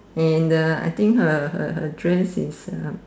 and uh I think her her dress is uh